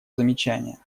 замечания